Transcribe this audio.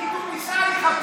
לי מאוד חבל.